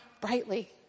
brightly